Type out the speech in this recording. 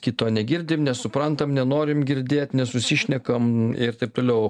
kito negirdim nesuprantam nenorim girdėt nesusišnekam ir taip toliau